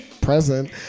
Present